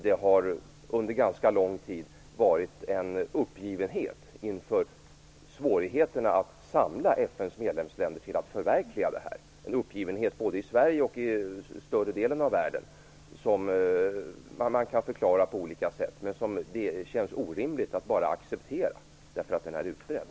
Det har under en ganska lång tid funnits en uppgivenhet inför svårigheterna att samla FN:s medlemsländer för att förverkliga det här, en uppgivenhet både i Sverige och i större delen av världen som det känns orimligt att bara acceptera eftersom den är så utbredd.